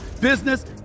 business